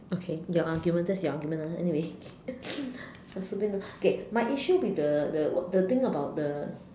okay your argument that is your argument lah anyway 随便 lah okay my issue will be the the the thing about the